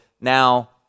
Now